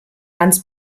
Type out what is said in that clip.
ganz